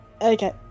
Okay